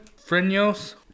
Frenos